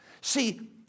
See